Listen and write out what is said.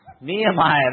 Nehemiah